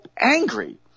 angry